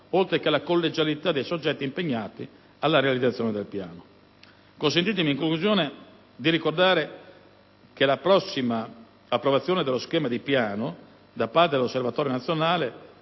oltre che la collegialità dei soggetti impegnati nella realizzazione del Piano. Consentitemi, in conclusione, di ricordare che la prossima approvazione dello schema di Piano da parte dell'Osservatorio nazionale